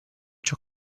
ciò